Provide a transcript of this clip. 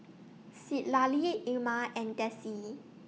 Citlalli Irma and Dessie